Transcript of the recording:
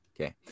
Okay